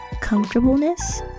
comfortableness